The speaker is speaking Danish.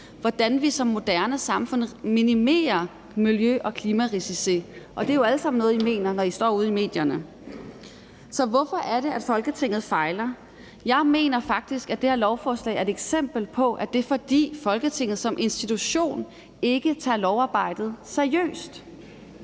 hvordan vi som moderne samfund minimerer miljø- og klimarisici. Og det er jo alt sammen noget, I mener, når I står ude i medierne. Så hvorfor er det, at Folketinget fejler? Jeg mener faktisk, at det her lovforslag er et eksempel på, at det er, fordi Folketinget som institution ikke tager lovarbejdet seriøst.